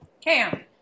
Cam